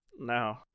no